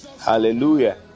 hallelujah